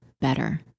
better